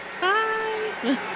Bye